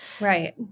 Right